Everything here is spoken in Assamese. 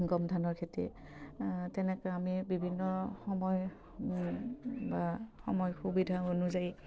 গম ধানৰ খেতি তেনেকে আমি বিভিন্ন সময় বা সময় সুবিধা অনুযায়ী